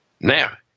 Now